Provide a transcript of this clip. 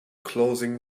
closing